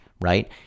right